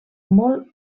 molt